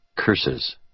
Curses